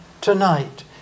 tonight